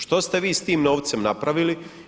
Što se vi s tim novcem napravili?